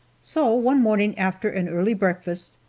so, one morning after an early breakfast,